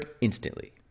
instantly